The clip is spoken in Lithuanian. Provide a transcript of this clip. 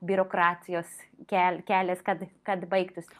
biurokratijos ke kelias kad kad baigtųsi